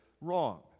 wrong